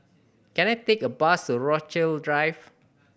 can I take a bus to Rochalie Drive